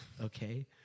Okay